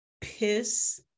piss